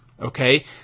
Okay